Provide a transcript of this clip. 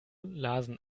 lasen